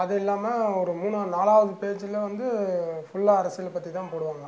அதுல்லாமல் ஒரு மூணா நாலவது பேஜியில் வந்து ஃபுல்லாக அரசியல் பற்றி தான் போடுவாங்க